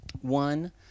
One